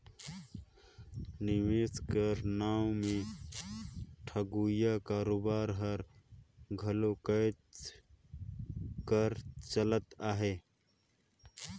निवेस कर नांव में ठगोइया कारोबार हर घलो कहेच कर चलत हे